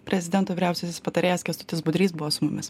prezidento vyriausiasis patarėjas kęstutis budrys buvo su mumis